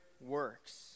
works